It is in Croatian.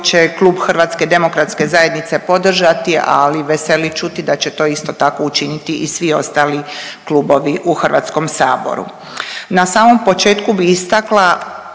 će klub HDZ-a podržati, ali veseli čuti da će to isto tako učiniti i svi ostali klubovi u HS-u. Na samom početku bi istakla